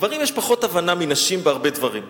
לגברים יש פחות הבנה מנשים בהרבה דברים.